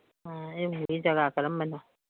ꯖꯒꯥ ꯀꯔꯝꯕꯅꯣ